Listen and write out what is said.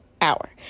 hour